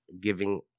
giving